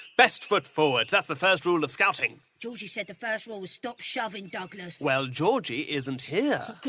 best foot forward that's the first rule of scouting. georgie said the first rule was stop shoving, douglas. well georgie isn't here.